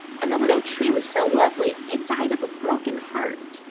and the little tree was so lonely it died of a broken heart.